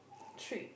three